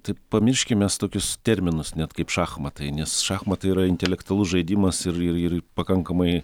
tai pamirškim mes tokius terminus net kaip šachmatai nes šachmatai yra intelektualus žaidimas ir ir pakankamai